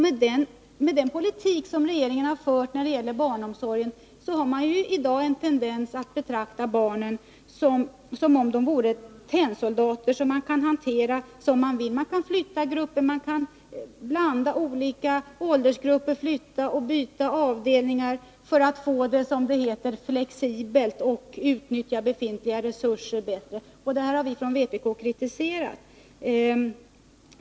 Med den politik som regeringen har fört när det gäller barnomsorgen har man i dag en tendens att betrakta barnen som om de vore tennsoldater, som man kan hantera som man vill. Man kan flytta grupper, blanda olika åldersgrupper, byta avdelningar m.m., för att få — som det heter — flexibilitet och för att utnyttja befintliga resurser bättre. Detta har vi från vpk kritiserat.